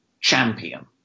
champion